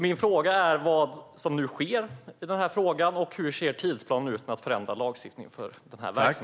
Min fråga är vad som nu sker i ärendet. Och hur ser tidsplanen ut för att förändra lagstiftningen för den här verksamheten?